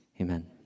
amen